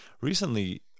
recently